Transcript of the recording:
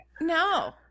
No